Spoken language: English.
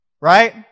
right